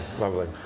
lovely